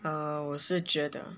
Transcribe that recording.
oh 我是觉得